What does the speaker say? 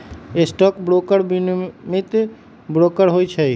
stock broker विनियमित broker होइ छइ